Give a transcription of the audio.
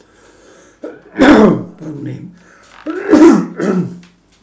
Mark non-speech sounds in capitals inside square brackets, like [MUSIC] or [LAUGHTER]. [COUGHS] pardon me [COUGHS]